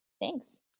Thanks